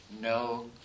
no